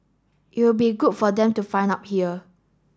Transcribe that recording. it will be good for them to find out here